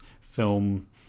film